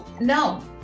No